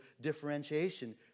differentiation